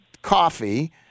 Coffee